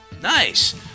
Nice